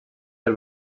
del